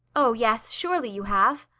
oh yes, surely you have.